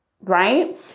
right